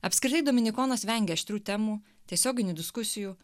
apskritai dominikonas vengia aštrių temų tiesioginių diskusijų